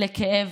בכאב.